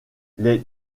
les